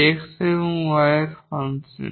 x এবং y এর function